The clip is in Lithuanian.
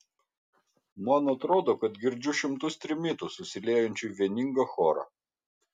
man atrodo kad girdžiu šimtus trimitų susiliejančių į vieningą chorą